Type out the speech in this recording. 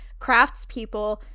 craftspeople